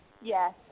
Yes